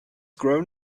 grown